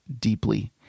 deeply